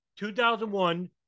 2001